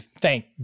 Thank